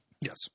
Yes